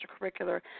extracurricular